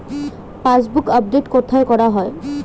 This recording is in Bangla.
পাসবুক আপডেট কোথায় করা হয়?